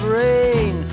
rain